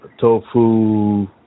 tofu